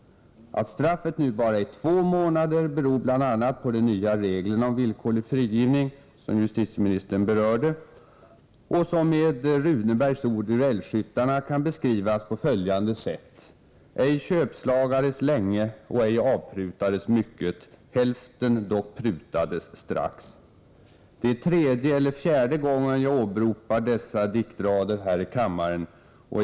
Att straffet nu bara är två månader beror bl.a. på de nya reglerna om villkorlig frigivning, som justitieministern berörde, och som med Runebergs ord ur Älgskyttarne kan beskrivas på följande sätt: ”Ej köpslagades länge och ej avprutades mycket. Hälften dock prutades strax.” Det är tredje eller fjärde gången jag åberopar dessa diktrader här i kammaren.